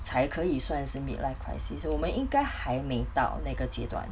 才可以算是 mid life crisis 我们应该还没到那个阶段